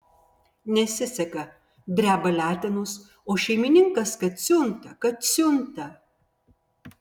nesiseka dreba letenos o šeimininkas kad siunta kad siunta